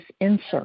insert